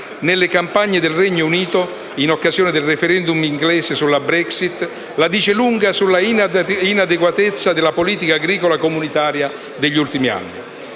nelle campagne del Regno Unito, in occasione del *referendum* inglese sulla Brexit, la dice lunga sull'inadeguatezza della politica agricola comunitaria degli ultimi anni.